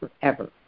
forever